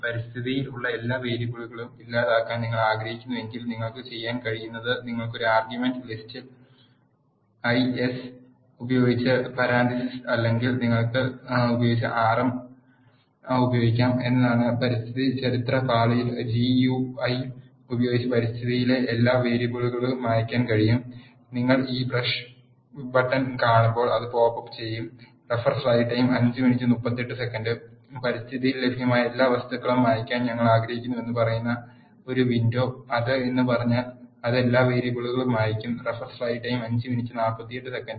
പരിസ്ഥിതിയിൽ ഉള്ള എല്ലാ വേരിയബിളുകളും ഇല്ലാതാക്കാൻ നിങ്ങൾ ആഗ്രഹിക്കുന്നുവെങ്കിൽ നിങ്ങൾക്ക് ചെയ്യാൻ കഴിയുന്നത് നിങ്ങൾക്ക് ഒരു ആർഗ്യുമെന്റ് ലിസ്റ്റ് ls ഉപയോഗിച്ച് പരാൻതീസിസ് അല്ലെങ്കിൽ നിങ്ങൾ ഉപയോഗിച്ച് rm ഉപയോഗിക്കാം എന്നതാണ് പരിസ്ഥിതി ചരിത്ര പാളിയിൽ ജിയുഐ ഉപയോഗിച്ച് പരിസ്ഥിതിയിലെ എല്ലാ വേരിയബിളുകളും മായ് ക്കാൻ കഴിയും നിങ്ങൾ ഈ ബ്രഷ് ബട്ടൺ കാണുമ്പോൾ അത് പോപ്പ് അപ്പ് ചെയ്യും പരിസ്ഥിതിയിൽ ലഭ്യമായ എല്ലാ വസ്തുക്കളും മായ് ക്കാൻ ഞങ്ങൾ ആഗ്രഹിക്കുന്നുവെന്ന് പറയുന്ന ഒരു വിൻഡോ അതെ എന്ന് പറഞ്ഞാൽ അത് എല്ലാ വേരിയബിളുകളും മായ് ക്കും